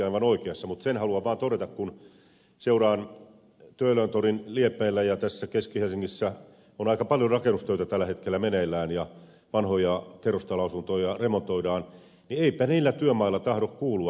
mutta sen haluan vaan todeta kun seuraan miten töölöntorin liepeillä ja tässä keski helsingissä on aika paljon rakennustöitä tällä hetkellä meneillään ja vanhoja kerrostaloasuntoja remontoidaan että eipä niillä työmailla tahdo kuulua suomen kieltä